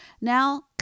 now